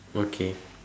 okay